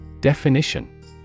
Definition